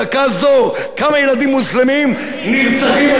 כמה ילדים מוסלמים נרצחים על-ידי מוסלמים?